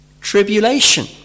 tribulation